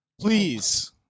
Please